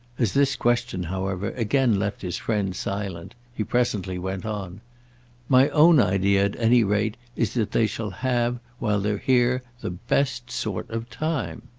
as this question, however, again left his friend silent he presently went on my own idea at any rate is that they shall have while they're here the best sort of time.